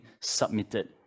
submitted